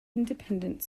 independent